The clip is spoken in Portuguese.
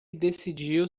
decidiu